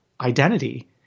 identity